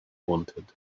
wanted